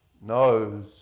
knows